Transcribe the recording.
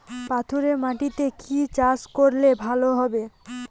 পাথরে মাটিতে কি চাষ করলে ভালো হবে?